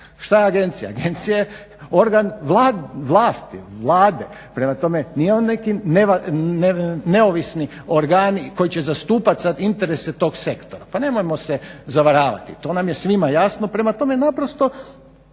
šta je agencija, agencija je organ vlasti, Vlade prema tome nije on neki neovisni organ koji će zastupat sad interese tog sektora. Pa nemojmo se zavaravati, to nam je svima jasno. Prema tome, naprosto